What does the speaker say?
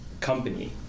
company